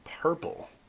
Purple